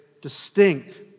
distinct